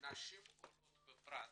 ונשים עולות בפרט,